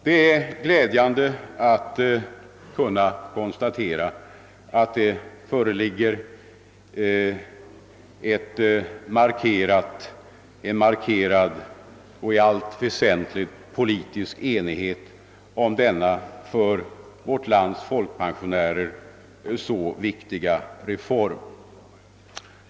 Det är glädjande att kunna konstatera att det föreligger en markerad och i allt väsentligt politisk enighet om denna för vårt lands folkpensionärer så viktiga reform.